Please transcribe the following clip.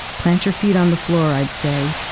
plant your feet on the floor i'd say.